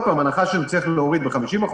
פעם בהנחה שהיינו מצליחים להוריד ב-50%,